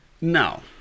No